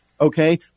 Okay